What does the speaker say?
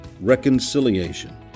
reconciliation